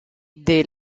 dès